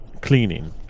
cleaning